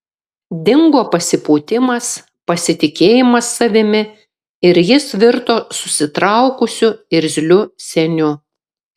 dingo pasipūtimas pasitikėjimas savimi ir jis virto susitraukusiu irzliu seniu